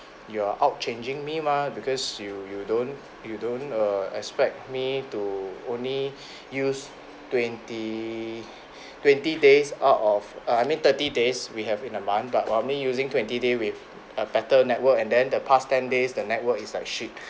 you're out changing me mah because you you don't you don't err expect me to only use twenty twenty days out of uh I mean thirty days we have in a month but I mean using twenty day with a better network and then the past ten days the network is like shit